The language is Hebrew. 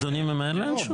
אדוני ממהר לאן שהוא?